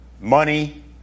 money